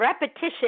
repetition